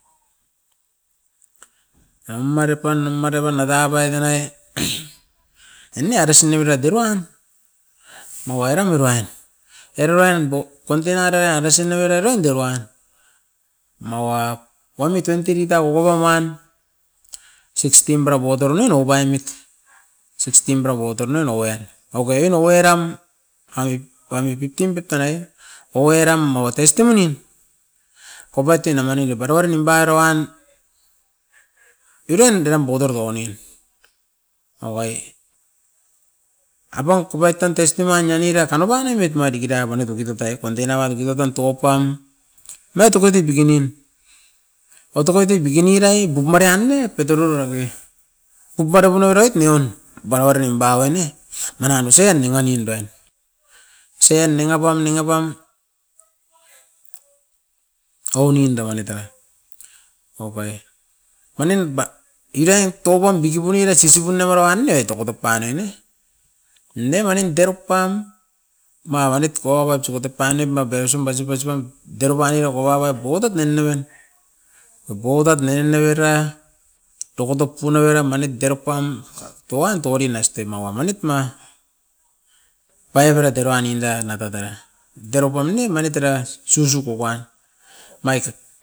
Era mari pan a mari pan a dabai danai eni aresinibira diruan mawa oiram a uruain, ero uruain bou containa dai a resinibira roin diroan. Mawa poimit twenty liter okopa uan, sixteen mira botol nen opaimit, sixteen mira botol nen okai a, okoi ina oiram abip abi fifteen bet danga i, oiram o testim moni kopait tunai omaini kuperau nimpa rouan uruain deram botol to onim. Okoi abong kupai tan testim main oiniria opainemit ma diki da panuka tutai containa pan oki tot tan toko pam, omait okoti biki nin itokoit biki ni dae, pup madean ne petoror abeke. Pup mane punorait neon baoirim baon ne, manan osia en neun ma neun pen. Osia en ninga pam, ninga pam ounin dabaneu tanai opai, manin ba dirain toupon diki punera sisip punin a mara wan ne itokoto padoi ne, neova nen deko top pan mau ainit tokoto uam pasikoto paunit ma biosom basi basi pam dero paunin ako pauau a biokotot neu noven. Oboutat neo novera dokotok peun avera manik terok pam tuan torin aiste mawa manit ma, paip era teroa nindera na tatara, dearo pam ne manit era susup opan. Omait